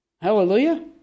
Hallelujah